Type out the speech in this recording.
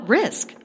risk